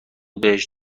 بهش